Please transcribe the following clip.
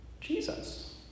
Jesus